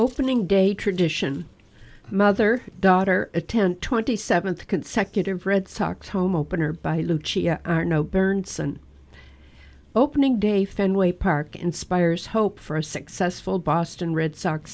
opening day tradition mother daughter attend twenty seventh consecutive red sox home opener by lucci bernsen opening day fenway park inspires hope for a successful boston red sox